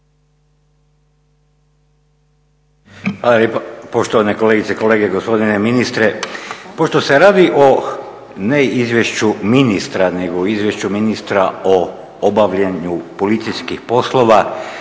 Hvala lijepa. Poštovane kolegice i kolege, gospodine ministre. Pošto se radi o ne izvješću ministra, nego Izvješću ministra o obavljanju policijskih poslova,